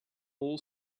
all